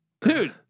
dude